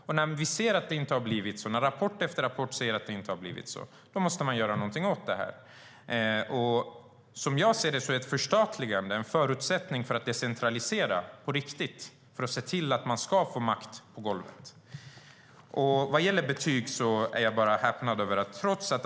När vi ser att det inte har blivit så, när rapport efter rapport säger att det inte har blivit så, måste vi göra någonting åt det. Som jag ser det är ett förstatligande en förutsättning för att kunna decentralisera på riktigt och se till att man får makt på golvet. Vad gäller betyg är jag häpen.